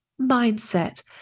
mindset